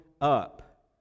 up